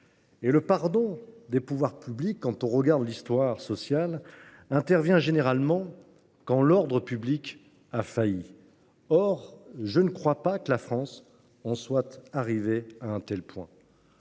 Le pardon des pouvoirs publics, comme l’histoire sociale le montre, intervient généralement quand l’ordre public a failli. Or je ne crois pas que la France en soit arrivée à un tel point.